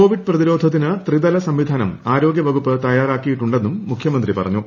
Covid പ്രതിരോധത്തിന് ത്രിതല സംവിധാനം ആരോഗ്യ വകുപ്പ് തയ്യാറാക്കിയിട്ടുണ്ടെന്നും മുഖ്യമന്ത്രി പറഞ്ഞു